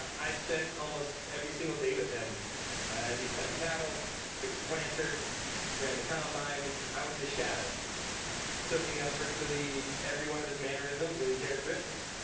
i spent almost every single day with him as he fed the cattle planter ran the combine. i was a shadow soaking up virtually every one of his mannerisms and characteristics.